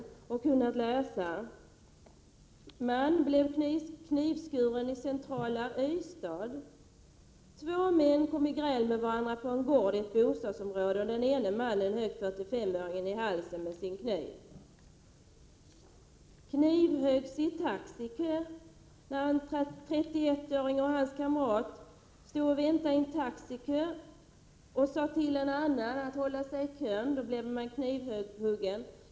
Under rubriken: ”Man blev knivskuren i centrala Ystad” kan man läsa: ”Två män kom i gräl med varandra på en gård i ett bostadsområde och den ene mannen högg 4S5-åringen i halsen med sin kniv.” Ett annat exempel är rubricerat: ”Knivhöggs i taxikö”. När en 31-åring och hans kamrat stod i en taxikö och sade till en annan man att hålla sig i kön blev 31-åringen knivhuggen.